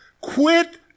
Quit